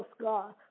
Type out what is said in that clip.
God